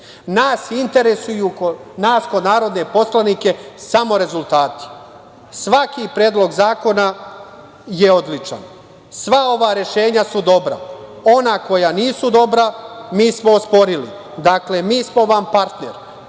Nas interesuju, kao narodne poslanike, samo rezultati. Svaki predlog zakona je odličan. Sva ova rešenja su dobra. Ona koja nisu dobra, mi smo osporili. Dakle, mi smo vam partner.